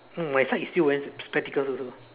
mm my side is still wearing spectacles also